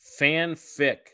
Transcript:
fanfic